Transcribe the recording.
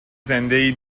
زنده